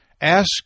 ask